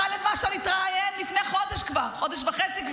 כבר לפני חודש או חודש וחצי,